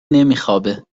نمیخوابه